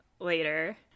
later